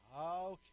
Okay